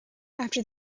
after